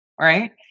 Right